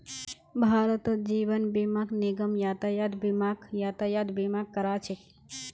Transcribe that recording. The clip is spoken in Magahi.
भारतत जीवन बीमा निगम यातायात बीमाक यातायात बीमा करा छेक